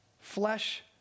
flesh